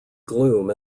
gloom